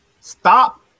stop